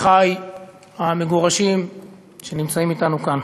אחי המגורשים שנמצאים אתנו כאן,